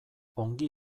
ongi